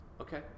okay